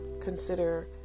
consider